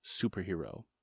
superhero